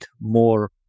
more